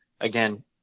Again